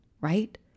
right